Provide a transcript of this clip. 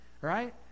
right